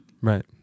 right